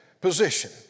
position